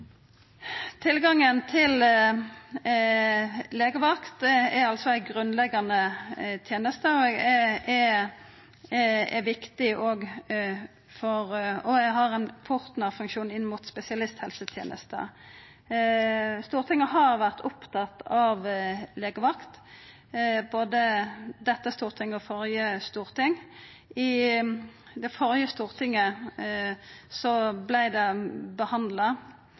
Tilgangen til legevakt er altså ei grunnleggjande teneste og har ein portnarfunksjon inn mot spesialisthelsetenesta. Stortinget har vore opptatt av legevakt – både dette og det førre stortinget. I det førre stortinget, i sesjonen 2012–2013, behandla